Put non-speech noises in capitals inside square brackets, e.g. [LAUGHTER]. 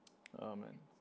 [NOISE] oh man